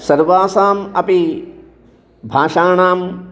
सर्वासाम् अपि भाषाणां